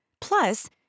Plus